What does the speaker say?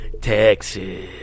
Texas